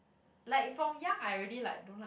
like from young I already like don't like